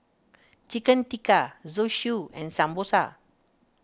Chicken Tikka Zosui and Samosa